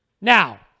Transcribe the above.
Now